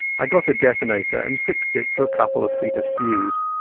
i got a detonator, and fixed it to a couple of feet of fuse.